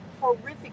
horrific